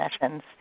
sessions